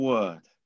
Word